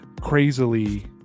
crazily